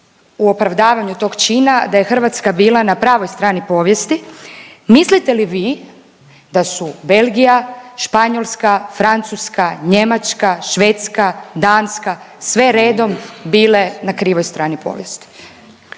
u opravdavanju tog čina da je Hrvatska bila na pravoj strani povijesti. Mislite li vi da su Belgija, Španjolska, Francuska, Njemačka, Švedska, Danska, sve redom bile na krivoj strani povijesti.